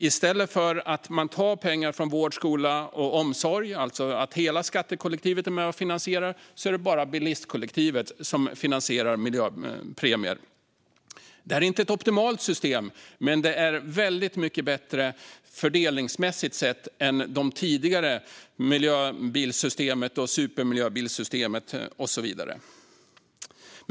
I stället för att man tar pengar från vård, skola och omsorg, det vill säga att hela skattekollektivet är med och finansierar, är det bara bilistkollektivet som finansierar miljöpremien. Det här är inte ett optimalt system, men det är väldigt mycket bättre fördelningsmässigt sett än de tidigare systemen: miljöbilssystemet, supermiljöbilssystemet och så vidare.